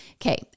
Okay